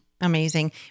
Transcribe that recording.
Amazing